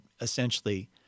essentially